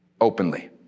openly